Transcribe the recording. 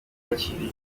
hakiri